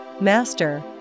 Master